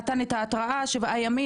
נתן את ההתראה שבעה ימים,